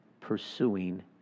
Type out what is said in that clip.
pursuing